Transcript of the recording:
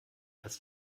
als